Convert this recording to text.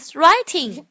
writing